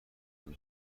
همه